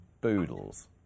Boodles